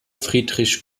friedrich